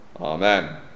Amen